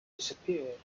disappeared